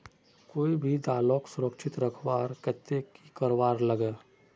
कोई भी दालोक सुरक्षित रखवार केते की करवार लगे?